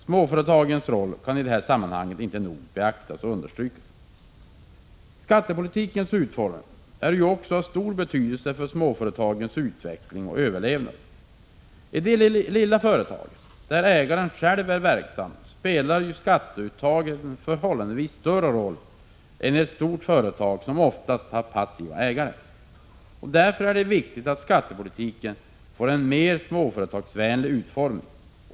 Småföretagens roll kan i detta sammanhang inte nog beaktas och understrykas. Skattepolitikens utformning är av stor betydelse för småföretagens utveckling och överlevnad. I det lilla företaget, där ägaren själv är verksam, spelar skatteuttaget en förhållandevis större roll än i ett stort företag, som oftast har passiva ägare. Därför är det viktigt att skattepolitiken får en mer småföretagsvänlig utformning.